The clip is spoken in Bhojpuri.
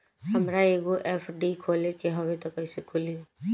हमरा एगो एफ.डी खोले के हवे त कैसे खुली?